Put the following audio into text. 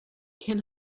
can